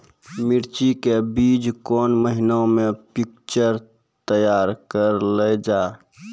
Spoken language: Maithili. मिर्ची के बीज कौन महीना मे पिक्चर तैयार करऽ लो जा?